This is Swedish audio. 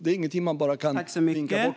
Det är inget som man bara kan vifta bort.